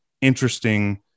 interesting